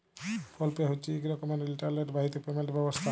ফোল pay হছে ইক রকমের ইলটারলেট বাহিত পেমেলট ব্যবস্থা